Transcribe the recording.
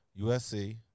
USC